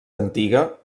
antiga